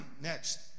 Next